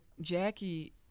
Jackie